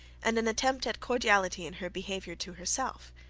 and an attempt at cordiality in her behaviour to herself.